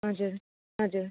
हजुर हजुर